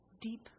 deep